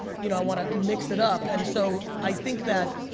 you know i wanna mix it up. and so i think that.